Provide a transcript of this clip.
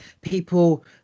People